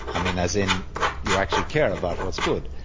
i mean as in you actually care about what's good,